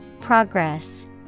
Progress